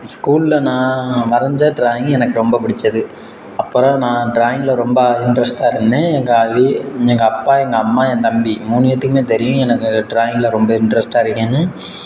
ஸ்கூலில் நான் வரைஞ்ச ட்ராயிங்கு எனக்கு ரொம்ப பிடிச்சது அப்போதான் நான் ட்ராயிங்கில் ரொம்ப இன்ட்ரெஸ்ட்டாக இருந்தேன் எங்கள் வீ எங்கள் அப்பா எங்கள் அம்மா என் தம்பி மூணு பேர்த்துக்குமே தெரியும் எனக்கு ட்ராயிங்கில் ரொம்ப இன்ட்ரெஸ்ட்டாக இருக்கேன்னு